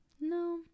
No